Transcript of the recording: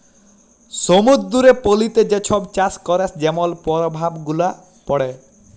সমুদ্দুরের পলিতে যে ছব চাষ ক্যরে যেমল পরভাব গুলা পড়ে